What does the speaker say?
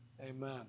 amen